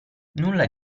nulla